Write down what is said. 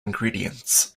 ingredients